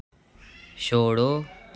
छोड़ो